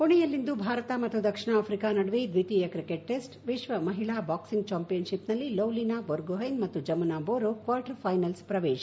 ಪುಣೆಯಲ್ಲಿಂದು ಭಾರತ ಮತ್ತು ದಕ್ಷಿಣ ಆಫ್ರಿಕಾ ನಡುವೆ ದ್ಷಿತೀಯ ಕ್ರಿಕೆಟ್ ಟೆಸ್ಟ್ ವಿಶ್ಲ ಮಹಿಳಾ ಬಾಕ್ಸಿಂಗ್ ಚಾಂಪಿಯನ್ಷಿಪ್ನಲ್ಲಿ ಲೊವಿನಾ ಬೊರ್ಗೊಹ್ಯೆನ್ ಮತ್ತು ಜಮುನಾ ಬೋರೊ ಕ್ವಾರ್ಟರ್ ಫ್ಟೆನಲ್ಪ್ ಪ್ರವೇಶ